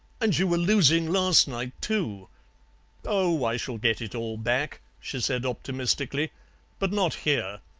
and you were losing last night too oh, i shall get it all back she said optimistically but not here.